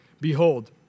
Behold